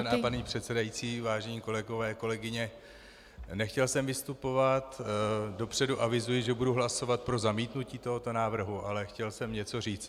Vážená paní předsedající, vážení kolegové, kolegyně, nechtěl jsem vystupovat, dopředu avizuji, že budu hlasovat pro zamítnutí tohoto návrhu, ale chtěl jsem něco říct.